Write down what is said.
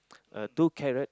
uh two carrot